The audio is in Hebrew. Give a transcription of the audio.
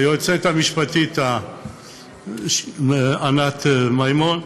ליועצת המשפטית ענת מימון,